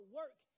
work